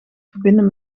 verbinden